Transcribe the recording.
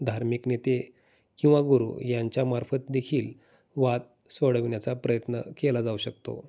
धार्मिक नेते किंवा गुरु यांच्या मार्फतदखील वाद सोडविण्याचा प्रयत्न केला जाऊ शकतो